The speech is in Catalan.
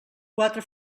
quatre